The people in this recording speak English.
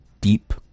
deep